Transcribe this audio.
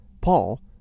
Paul